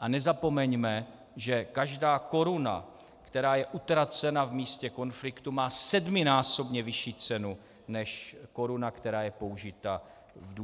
A nezapomeňme, že každá koruna, která je utracena v místě konfliktu, má sedminásobně vyšší cenu než koruna, která je použita v